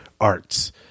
arts